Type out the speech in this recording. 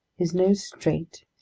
his nose straight,